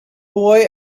boy